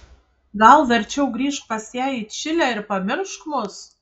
gal verčiau grįžk pas ją į čilę ir pamiršk mus